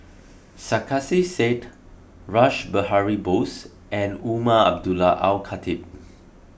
Sarkasi Said Rash Behari Bose and Umar Abdullah Al Khatib